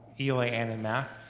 ela and in math,